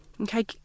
Okay